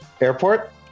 Airport